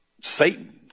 Satan